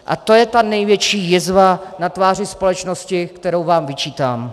A to je ta největší jizva na tváři společnosti, kterou vám vyčítám.